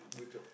good job